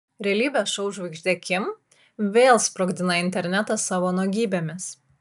realybės šou žvaigždė kim vėl sprogdina internetą savo nuogybėmis